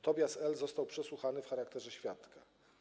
Tobias Ł. został przesłuchany w charakterze świadka.